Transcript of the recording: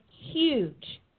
huge